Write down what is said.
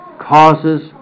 causes